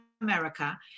America